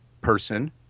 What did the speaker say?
person